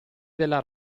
della